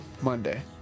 Monday